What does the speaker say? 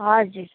हजुर